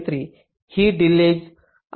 33 ही डिलेज आहे